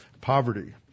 Poverty